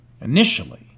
initially